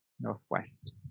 northwest